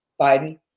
Biden